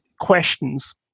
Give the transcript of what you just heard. questions